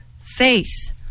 Faith